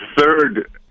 third